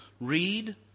read